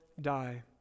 die